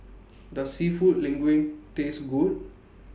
Does Seafood Linguine Taste Good